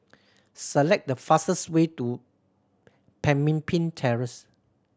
select the fastest way to Pemimpin Terrace